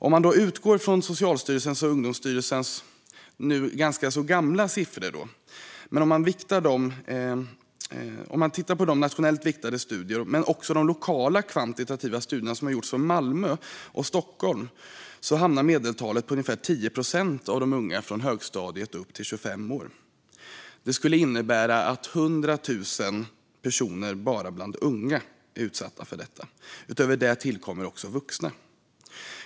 Om man utgår från Socialstyrelsens och Ungdomsstyrelsens nu ganska gamla siffror och tittar på de nationellt viktade studierna och de lokala kvantitativa sådana som har gjorts i Malmö och Stockholm hamnar medeltalet på ungefär 10 procent av de unga från högstadiet och upp till 25 år. Det skulle innebära att 100 000 personer bara bland unga är utsatta för detta. Utöver det tillkommer också vuxna.